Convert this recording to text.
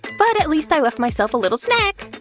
but at least i left myself a little snack!